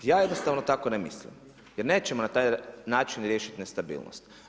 Ja jednostavno tako ne mislim, jer nećemo na taj način riješiti nestabilnost.